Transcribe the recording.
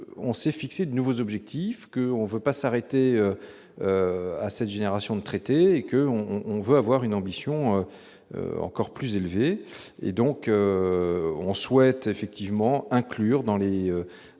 on s'est fixé de nouveaux objectifs que on veut pas s'arrêter à cette génération de traiter et que on on veut avoir une ambition encore plus élevé et donc on souhaite effectivement inclure dans les,